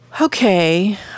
okay